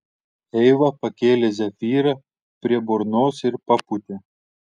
eiva pakėlė zefyrą prie burnos ir papūtė